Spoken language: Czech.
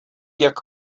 jak